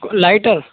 lighter